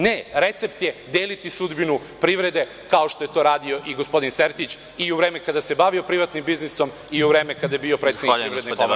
Ne, recept je deliti sudbinu privrede kao što je to radio i gospodin Sertić i u vreme kada se bavio privatnim biznisom i u vreme kada je bio predsednik Privredne komore Srbije.